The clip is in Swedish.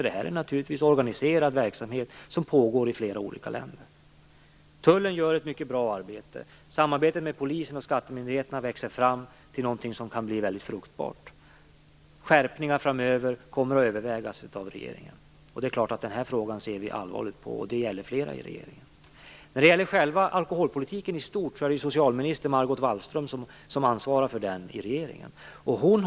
Det här är naturligtvis en organiserad verksamhet som pågår i flera olika länder. Tullen gör ett mycket bra arbete. Samarbetet mellan polis och skattemyndighet växer fram till någonting som kan bli väldigt fruktbart. Skärpningar framöver kommer att övervägas av regeringen. Vi ser allvarligt på denna fråga. Det gäller flera i regeringen. Det är ju socialminister Margot Wallström som ansvarar för själva alkoholpolitiken i stort i regeringen.